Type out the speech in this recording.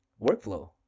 workflow